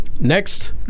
next